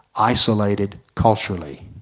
isolated culturally.